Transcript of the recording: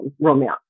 romance